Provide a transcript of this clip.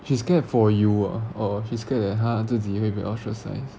she's scared for you ah or she's scared that 她自己会被 ostracised